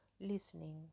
listening